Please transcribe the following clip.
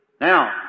Now